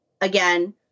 Again